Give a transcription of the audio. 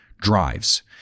drives